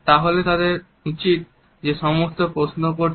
তাহলে তাদের উচিত যে ব্যক্তি প্রশ্ন করছে